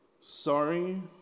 Sorry